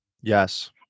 Yes